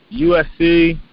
USC